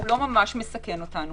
והוא לא ממש מסכן אותנו.